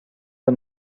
the